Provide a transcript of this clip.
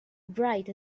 bright